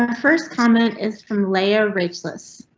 ah first comment is from layer rachelis.